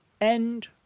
End